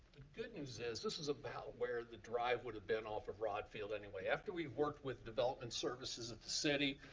the good news is this is about where the drive would've been off of rodd field anyway. after we've worked with development services of the city,